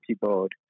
board